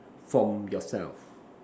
from yourself